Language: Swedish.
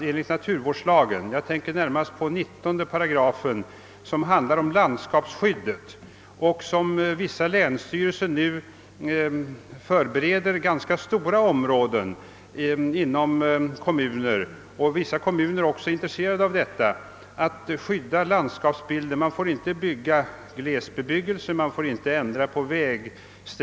Enligt naturvårdslagens § 19, som handlar om landskapsskyddet, får man inte uppföra glesbebyggelse, ändra på Vägsträckningar, avverka eller utdika hur som helst om det inverkar menligt På landskapsbilden. Detta möjliggör alltså en kontroll av att landskapsbilden bibehålls.